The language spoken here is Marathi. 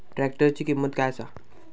ट्रॅक्टराची किंमत काय आसा?